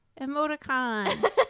emoticon